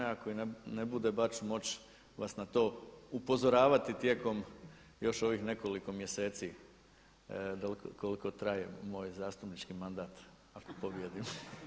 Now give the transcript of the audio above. Ako i ne bude bar ću moći vas na to upozoravati tijekom još ovih nekoliko mjeseci koliko traje moj zastupnički mandat ako pobijedim.